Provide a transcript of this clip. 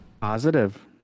Positive